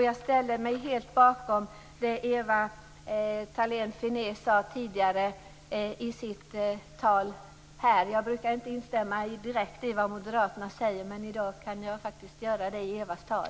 Jag ställer mig helt bakom det Ewa Thalén Finné sade tidigare i sitt anförande. Jag brukar inte instämma direkt i det moderaterna säger, men i dag kan jag faktiskt göra det i Ewas tal.